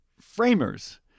framers